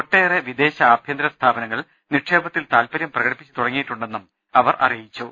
ഒട്ടേറെ വിദേശ ആഭ്യന്തര സ്ഥാപനങ്ങൾ നിക്ഷേപത്തിൽ താൽപര്യം പ്രകടിപ്പിച്ച് തുടങ്ങിയിട്ടു ണ്ടെന്നും അവർ അറിയിച്ചു